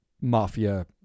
mafia